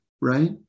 right